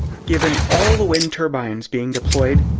given all the wind turbines being deployed,